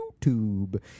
YouTube